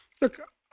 Look